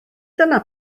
dyna